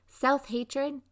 self-hatred